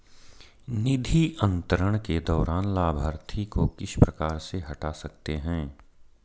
निधि अंतरण के दौरान लाभार्थी को किस प्रकार से हटा सकते हैं?